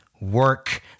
work